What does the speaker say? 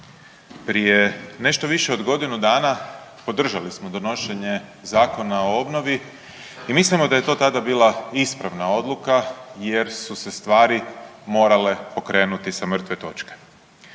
Prije nešto više od godinu dana podržali smo donošenje Zakona o obnovi i mislimo da je to tada bila ispravna odluka jer su se stvari morale pokrenuti sa mrtve točke.